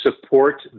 support